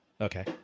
Okay